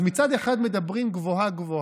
אז מצד אחד מדברים גבוהה-גבוהה,